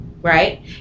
right